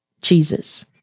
Jesus